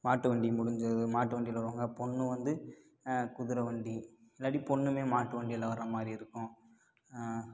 மாட்டு வண்டி முடிஞ்சதும் மாட்டு வண்டியில் வருவாங்க பொண்ணு வந்து குதிரை வண்டி இல்லாட்டி பொண்ணுமே மாட்டு வண்டியில் வர்ற மாதிரி இருக்கும்